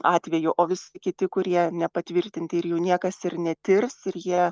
atvejų o visi kiti kurie nepatvirtinti ir jų niekas ir netirs ir jie